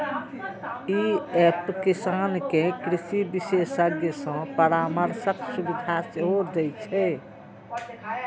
ई app किसान कें कृषि विशेषज्ञ सं परामर्शक सुविधा सेहो दै छै